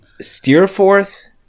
steerforth